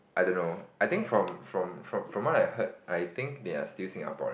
I don't know I think from from from what I heard I think they are still Singaporean